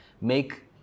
make